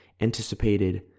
anticipated